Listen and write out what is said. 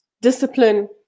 discipline